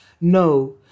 No